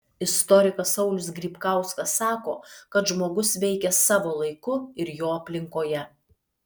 istorikas saulius grybkauskas sako kad žmogus veikia savo laiku ir jo aplinkoje